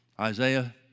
Isaiah